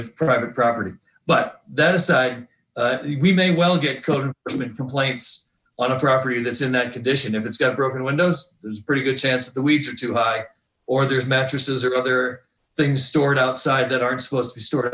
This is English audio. of private property but that aside we may well get code complaints on a property that's in that condition if it's got broken windows there's a pretty good chance that the weeds are too high or there's mattresses other things stored outside that aren't supposed to be stored